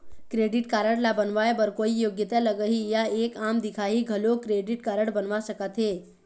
Credit card ला बनवाए बर कोई योग्यता लगही या एक आम दिखाही घलो क्रेडिट कारड बनवा सका थे?